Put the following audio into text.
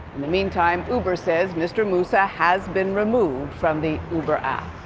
in the meantime, uber says mr. mussa has been removed from the uber app.